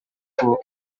kitoko